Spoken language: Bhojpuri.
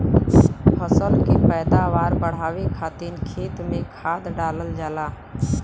फसल के पैदावार बढ़ावे खातिर खेत में खाद डालल जाला